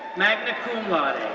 magna cum laude,